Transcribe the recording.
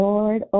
Lord